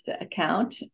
account